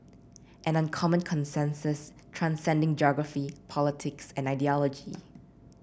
an uncommon consensus transcending geography politics and ideology